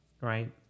right